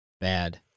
bad